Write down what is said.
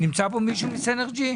נמצא פה מישהו מסינרג’י?